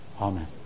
Amen